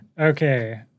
Okay